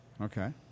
Okay